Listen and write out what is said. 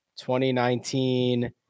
2019